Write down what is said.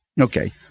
Okay